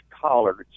collards